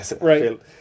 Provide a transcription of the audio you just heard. right